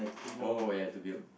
oh ya to build